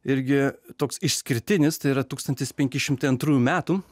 irgi toks išskirtinis tai yra tūkstantis penki šimtai antrųjų metų